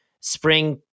spring